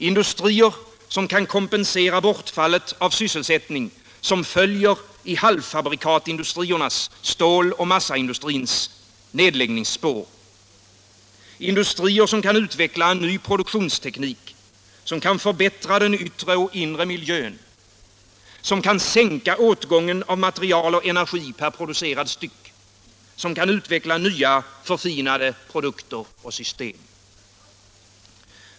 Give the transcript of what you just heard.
Industrier som kan kompensera bortfallet av sysselsättning som följer i halvfabrikatindustriernas, ståloch massaindustrins nedläggningsspår. Industrier som kan utveckla en ny produktionsteknik. Som kan förbättra den yttre och inre miljön. Som kan sänka åtgången av material och energi per producerad enhet. Som kan utveckla nya, förfinade produkter och system.